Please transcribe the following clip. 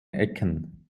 ecken